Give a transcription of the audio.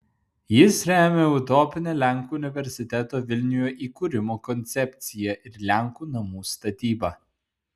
jis remia utopinę lenkų universiteto vilniuje įkūrimo koncepciją ir lenkų namų statybą